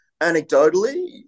Anecdotally